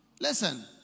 Listen